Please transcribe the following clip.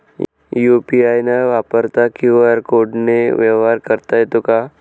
UPI न वापरता QR कोडने व्यवहार करता येतो का?